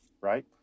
right